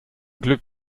glück